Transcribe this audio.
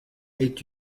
est